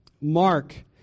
Mark